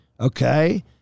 okay